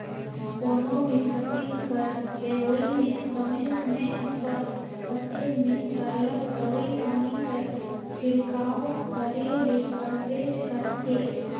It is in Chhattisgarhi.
कोनो भी फसिल कर लेवई में समे समे उपर फसिल में सरलग दवई पानी कर छिड़काव करे ले परबेच करथे